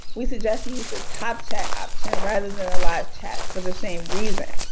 we suggest use the top chat option rather than the live chat for the same reason.